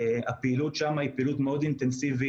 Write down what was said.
הפעילות שם היא פעילות מאוד אינטנסיבית.